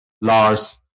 Lars